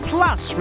Plus